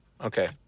Okay